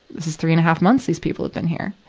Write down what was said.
this is three and a half months, these people have been here.